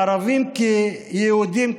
ערבים ויהודים כאחד.